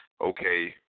okay